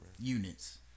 units